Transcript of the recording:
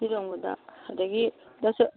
ꯎꯇꯤ ꯊꯣꯡꯕꯗ ꯑꯗꯒꯤ